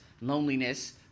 loneliness